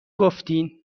گفتین